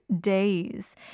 days